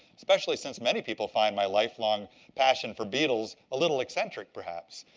especially since many people find my lifelong passion for beetles a little eccentric perhaps.